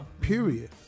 Period